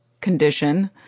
condition